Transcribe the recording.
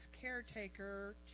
caretaker